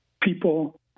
people